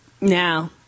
now